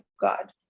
God